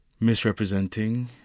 misrepresenting